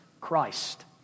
Christ